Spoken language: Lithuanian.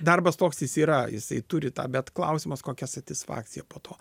darbas toks jis yra jisai turi tą bet klausimas kokią satisfakciją po to